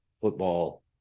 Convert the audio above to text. football